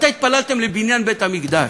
מתי התפללתם לבניין בית-המקדש?